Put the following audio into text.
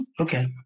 Okay